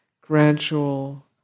gradual